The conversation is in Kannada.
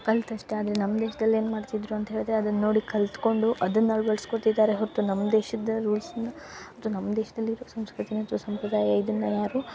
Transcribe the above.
ಕಳ್ತ್ ಅಷ್ಟು ಆದರೆ ನಮ್ಮ ದೇಶ್ದಲ್ಲಿ ಏನು ಮಾಡ್ತಿದ್ದರು ಅಂತೇಳ್ದ್ರೆ ಅದನ್ನ ನೋಡಿ ಕಳ್ತ್ಕೊಂಡು ಅದನ್ನ ಅಳ್ವಡ್ಸ್ಕೊಂತಿದಾರೆ ಹೊರ್ತು ನಮ್ಮ ದೇಶದ ರೂಲ್ಸ್ನ ನಮ್ಮ ದೇಶ್ದಲ್ಲಿರುವ ಸಂಸ್ಕೃತಿನ ಅಥ್ವ ಸಂಪ್ರದಾಯನ ಇದನ್ನ ಯಾರು